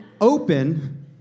Open